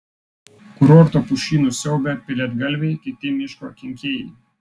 kurorto pušynus siaubia pelėdgalviai kiti miško kenkėjai